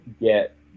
get